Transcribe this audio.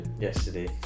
Yesterday